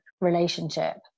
relationship